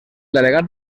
delegat